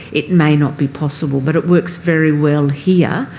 it may not be possible but it works very well here.